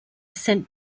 sent